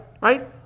right